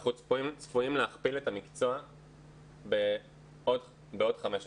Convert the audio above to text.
אנחנו צפויים להכפיל את המקצוע בעוד 15 שנה.